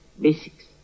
basics